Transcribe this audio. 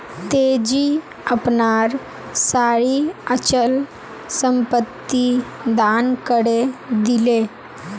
तेजी अपनार सारी अचल संपत्ति दान करे दिले